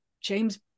james